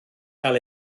cael